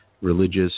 religious